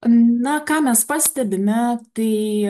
na ką mes pastebime tai